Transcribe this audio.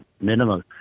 minimal